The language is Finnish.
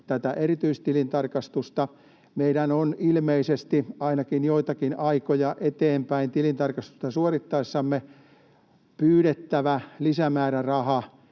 kuten esitin hallintojohtajalle. Meidän on ilmeisesti ainakin joitakin aikoja eteenpäin tilintarkastusta suorittaessamme pyydettävä lisämääräraha